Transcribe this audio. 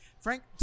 Frank